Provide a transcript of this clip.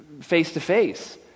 face-to-face